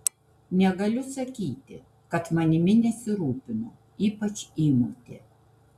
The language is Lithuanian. negaliu sakyti kad manimi nesirūpino ypač įmotė